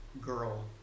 girl